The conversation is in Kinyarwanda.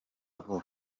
vuba